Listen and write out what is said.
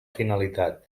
finalitat